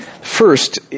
First